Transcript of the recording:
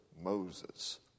Moses